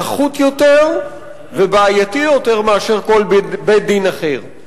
נחות יותר ובעייתי יותר מאשר כל בית-דין אחר.